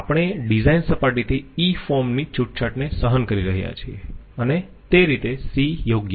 આપણે ડિઝાઈન સપાટીથી e form ની છૂટછાટ ને સહન કરી રહ્યા છીએ અને તે રીતે c યોગ્ય છે